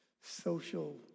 social